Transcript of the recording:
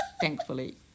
thankfully